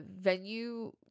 venue